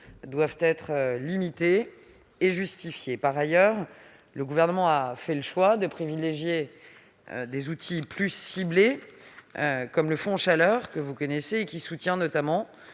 doivent être limitées et justifiées. Par ailleurs, le Gouvernement a fait le choix de privilégier des outils plus ciblés comme le fonds chaleur, qui soutient notamment